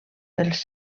pels